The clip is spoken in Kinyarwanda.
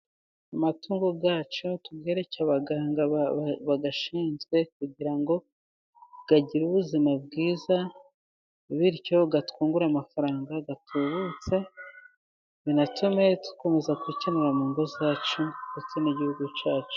Amatungo yacu tuyereke abaganga ba bayashinzwe kugira ngo agire ubuzima bwiza, bityo atwungure amafaranga atubutse, binatume dukomeza kubikemura mu ngo zacu, ndetse n'igihugu cyacu.